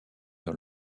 dans